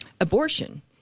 abortion